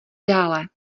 dále